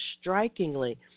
strikingly